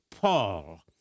Paul